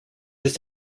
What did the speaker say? his